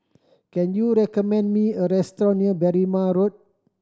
can you recommend me a restaurant near Berrima Road